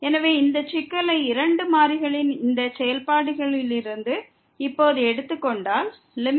எனவே இந்த சிக்கலை இரண்டு மாறிகளின் இந்த செயல்பாடுகளிலிருந்து இப்போது எடுத்துக் கொண்டால் lim⁡xy00x2y2sin 1x2y2 0